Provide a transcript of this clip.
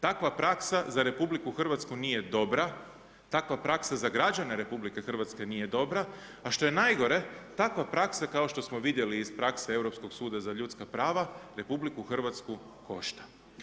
Takva praksa za RH nije dobra, takva praksa za građane RH nije dobra, a što je najgore takva praksa kao što smo vidjeli iz prakse Europskog suda za ljudska prava RH-u košta.